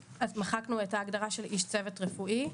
מחקנו את ההגדרה של איש צוות רפואי.